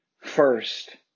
first